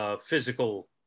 physical